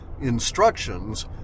instructions